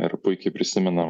ir puikiai prisiminiau